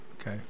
Okay